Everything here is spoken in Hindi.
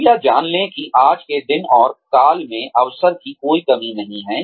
कृपया जान लें कि आज के दिन और काल में अवसर की कोई कमी नहीं है